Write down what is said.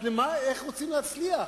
איך רוצים להצליח?